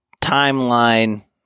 timeline